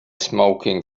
smoking